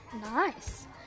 Nice